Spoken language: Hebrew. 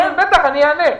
כן, בטח, אני אענה.